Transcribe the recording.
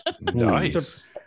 Nice